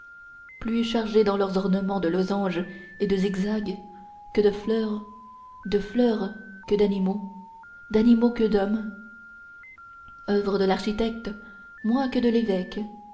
plus chargées dans leurs ornements de losanges et de zigzags que de fleurs de fleurs que d'animaux d'animaux que d'hommes oeuvre de l'architecte moins que de l'évêque